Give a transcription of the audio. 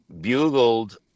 bugled